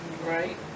Right